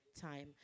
time